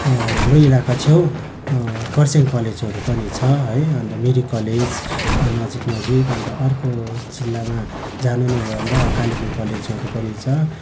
हाम्रै इलाका छेउ खरसाङ कलेजहरू पनि छ है अन्त मिरिक कलेज नजिक नजिक अन्त अर्को जिल्लामा जानु नै हो भन्दा कालिम्पोङ कलेजहरू पनि छ